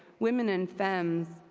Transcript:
women and femmes,